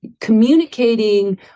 communicating